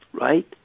right